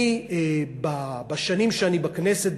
בשנים שאני בכנסת,